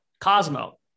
Cosmo